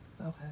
Okay